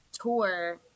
tour